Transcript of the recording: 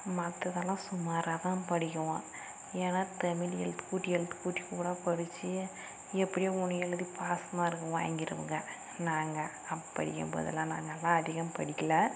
மற்றதெல்லாம் சுமாராக தான் படிக்கிவேன் ஏன்னால் தமிழ் எழுத்துக்கூட்டி எழுத்துக்கூட்டி கூட படித்து எப்படியும் ஒன்று எழுதி பாஸ் மார்க் வாங்கிருவங்க நாங்கள் அப்போ படிக்கும் போதெலாம் நாங்களாம் அதிகம் படிக்கலை